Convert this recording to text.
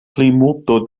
plimulto